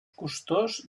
costós